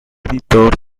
editor